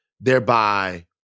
thereby